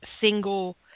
single